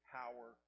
power